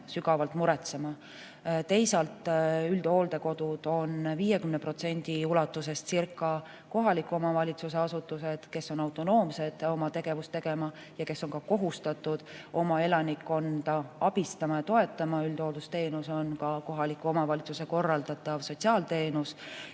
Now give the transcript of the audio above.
sügavalt muretsema. Teisalt, üldhooldekodud oncirca50% ulatuses kohaliku omavalitsuse asutused, kes on oma tegevuses autonoomsed ja kes on ka kohustatud oma elanikkonda abistama ja toetama. Üldhooldusteenus on ka kohaliku omavalitsuse korraldatav sotsiaalteenus